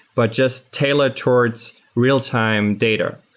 but just tailored towards real-time data.